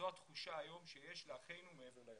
זו התחושה שיש היום לאחינו מעבר לים.